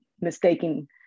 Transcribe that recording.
mistaking